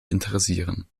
interessieren